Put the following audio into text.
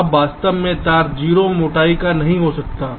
अब वास्तव में तार 0 मोटाई का नहीं हो सकता है